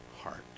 heart